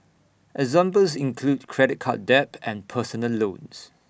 examples include credit card debt and personal loans